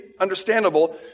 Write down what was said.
understandable